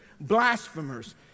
blasphemers